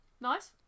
Nice